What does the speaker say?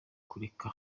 kureka